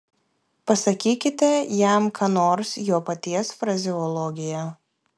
pasakykite jam ką nors jo paties frazeologija